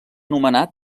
nomenat